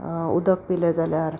उदक पिलें जाल्यार